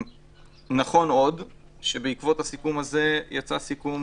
עוד נכון הוא שבעקבות הסיכום הזה יצא סיכום